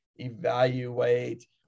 Evaluate